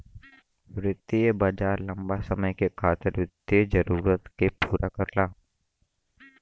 वित्तीय बाजार लम्बा समय के खातिर वित्तीय जरूरत के पूरा करला